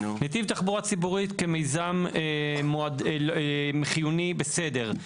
נתיב תחבורה ציבורית כמיזם חיוני, בסדר.